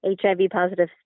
HIV-positive